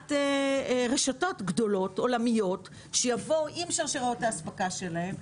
בהבאת רשתות גדולות עולמיות שיבואו עם שרשראות האספקה שלהן.